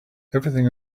everything